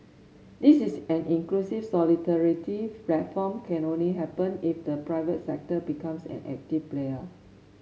this is an inclusive solidarity platform can only happen if the private sector becomes an active player